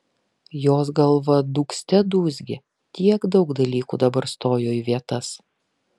jos galva dūgzte dūzgė tiek daug dalykų dabar stojo į vietas